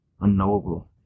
unknowable